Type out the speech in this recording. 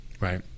Right